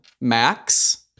Max